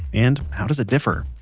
and how does it differ?